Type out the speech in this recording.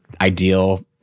ideal